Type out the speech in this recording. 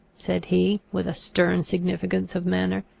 said he, with a stern significance of manner,